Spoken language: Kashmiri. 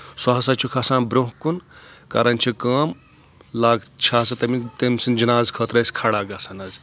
سُہ ہسا چھُکھ آسان برونٛہہ کُن کران چھِ کٲم لگ چھِ ہسا تمیُک تٔمۍ سٕنٛدۍ جنازٕ خٲطرٕ حظ أسۍ کھڑا گژھان حظ